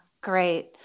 Great